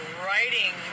writing